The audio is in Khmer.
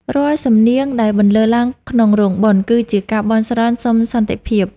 រាល់សំនៀងដែលបន្លឺឡើងក្នុងរោងបុណ្យ គឺជាការបន់ស្រន់សុំសន្តិភាព។